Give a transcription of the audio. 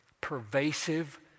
pervasive